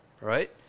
right